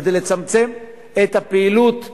כדי לצמצם את הפעילות בשבת.